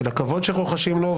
של הכבוד שרוחשים לו,